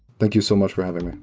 thank you so much for having